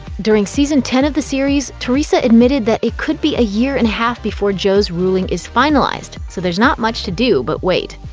during season ten of the series, teresa admitted that it could be a year and half before joe's ruling is finalized, so there's not much to do but wait.